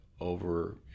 over